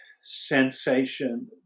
sensation